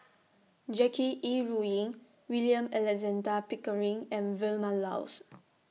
Jackie Yi Ru Ying William Alexander Pickering and Vilma Laus